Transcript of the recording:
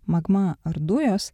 magma ar dujos